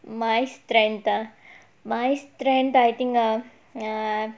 my strength ah my strength I think err err